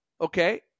Okay